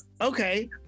Okay